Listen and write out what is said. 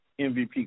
MVP